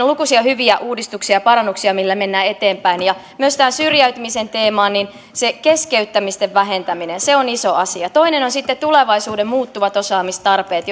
lukuisia hyviä uudistuksia ja parannuksia millä mennään eteenpäin myös tähän syrjäytymisen teemaan se keskeyttämisten vähentäminen on iso asia toinen on sitten tulevaisuuden muuttuvat osaamistarpeet